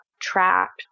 trapped